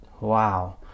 wow